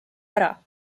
ära